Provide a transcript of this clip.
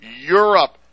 Europe